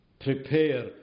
prepare